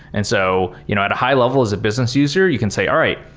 and so you know at a high-level as a business user you can say, all right.